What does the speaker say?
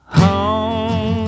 home